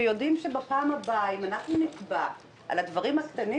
שיודעים שבפעם הבאה אם אנחנו נתבע על הדברים הקטנים